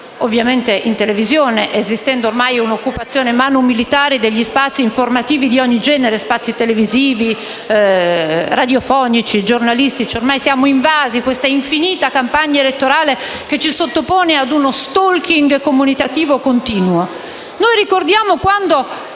ovviamente in televisione, esistendo ormai un'occupazione *manu militari* degli spazi informativi di ogni genere (spazi televisivi, radiofonici, giornalistici): ormai siamo invasi da questa infinita campagna elettorale che ci sottopone a uno *stalking* comunicativo continuo.